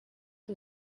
who